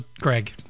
Greg